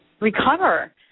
recover